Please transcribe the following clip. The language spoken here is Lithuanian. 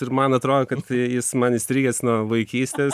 ir man atrodo kad jis man įstrigęs nuo vaikystės